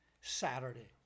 Saturday